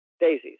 Daisies